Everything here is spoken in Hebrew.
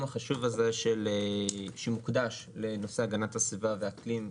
החשוב הזה בכנסת שמוקדש לנושא הגנת הסביבה והאקלים.